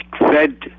fed